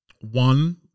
one